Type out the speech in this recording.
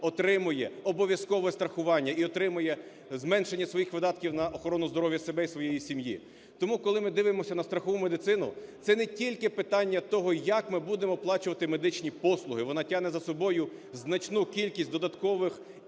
отримує обов'язкове страхування і отримує зменшення своїх видатків на охорону здоров'я себе і своєї сім'ї. Тому, коли ми дивимося на страхову медицину, це не тільки питання того, як ми будемо оплачувати медичні послуги, вона тягне за собою значну кількість додаткових